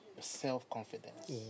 self-confidence